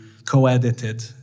co-edited